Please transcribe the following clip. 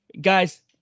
guys